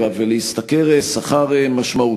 ואנחנו עוברים לחוק הבא: הצעת חוק זכויות החולה